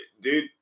dude